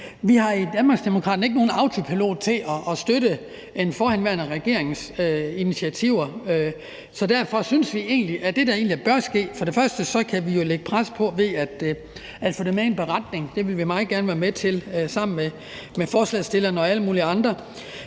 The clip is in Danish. Vi har i Danmarksdemokraterne ikke nogen autopilot til at støtte en forhenværende regerings initiativer. Så derfor synes vi egentlig, at det, der bør ske, er, at vi jo kan lægge pres på ved at få det med i en beretning. Det vil vi meget gerne være med til sammen med forslagsstillerne og alle mulige andre.